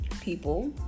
people